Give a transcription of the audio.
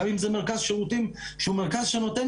גם אם זה מרכז שירותים שהוא מרכז שנותן